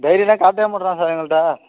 டைரிலாம் காட்ட மாட்றான் சார் எங்கள்ட்ட